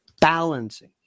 balancing